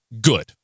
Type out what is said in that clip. good